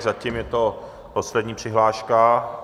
Zatím je to poslední přihláška.